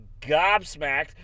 gobsmacked